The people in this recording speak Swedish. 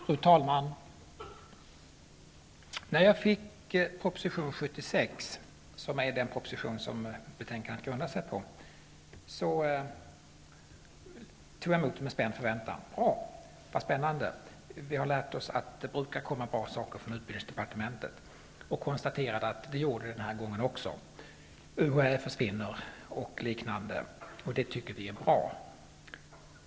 Fru talman! När jag fick proposition 1991/92:76, som är den proposition som betänkandet grundar sig på, i min hand var jag full av förväntan. Vi har fått lära oss att det brukar komma bra förslag från utbildningsdepartementet. Jag konstaterade att så var fallet också den här gången. UHÄ skall försvinna, och det tycker vi är bra.